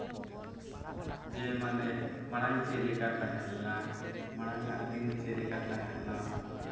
ᱡᱮ ᱢᱟᱱᱮ ᱢᱟᱲᱟᱝ ᱪᱮᱫ ᱞᱮᱠᱟ ᱛᱟᱦᱮᱸ ᱞᱮᱱᱟ ᱢᱟᱲᱟᱝ ᱟᱜ ᱫᱤᱱ ᱪᱮᱫ ᱞᱮᱠᱟ ᱛᱟᱦᱮᱸ ᱞᱮᱱᱟ